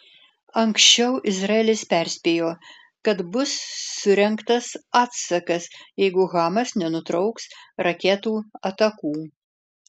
anksčiau izraelis perspėjo kad bus surengtas atsakas jeigu hamas nenutrauks raketų atakų